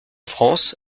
france